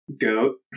goat